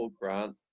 Grant